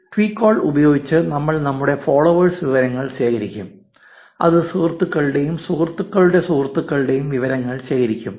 ട്വികോൾ ഉപയോഗിച്ച് നമ്മൾ നമ്മുടെ ഫോളോവേഴ്സ് വിവരങ്ങൾ ശേഖരിക്കും അത് സുഹൃത്തുക്കളുടെയും സുഹൃത്തുക്കളുടെ സുഹൃത്തുക്കളുടെയും വിവരങ്ങൾ ശേഖരിക്കും